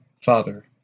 Father